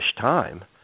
time